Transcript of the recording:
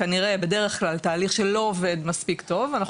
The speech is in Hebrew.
כנראה בדרך כלל תהליך שלא עובד מספיק טוב אנחנו